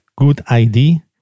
GoodID